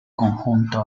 conjunto